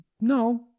No